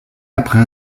après